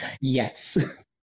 Yes